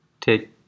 Take